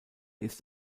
ist